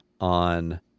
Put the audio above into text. on